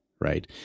Right